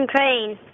Crane